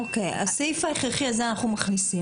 את הסעיף ההכרחי הזה אנו מכניסים.